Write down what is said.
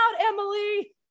Emily